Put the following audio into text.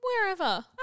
wherever